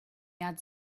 ads